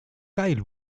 kyle